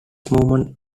movement